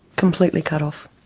completely cut off.